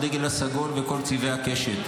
הדגל הסגול וכל צבעי הקשת.